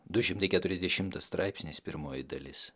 du šimtai keturiasdešimtas straipsnis pirmoji dalis